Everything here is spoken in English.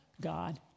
God